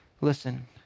listen